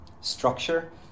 structure